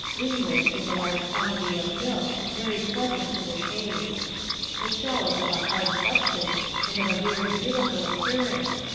in which is a large quantity of milk, very pleasant to the taste the shell is of a hard substance, and of a very beautiful appearance,